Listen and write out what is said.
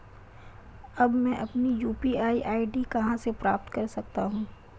अब मैं अपनी यू.पी.आई आई.डी कहां से प्राप्त कर सकता हूं?